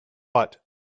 but